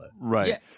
Right